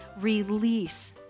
release